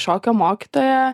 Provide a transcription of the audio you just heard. šokio mokytoja